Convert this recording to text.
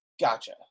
Gotcha